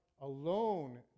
alone